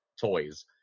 toys